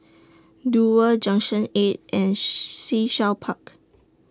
Duo Junction eight and Sea Shell Park